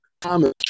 Thomas